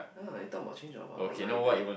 !huh! I talk about change about our life eh